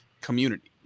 community